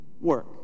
work